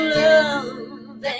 love